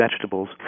vegetables